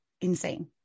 insane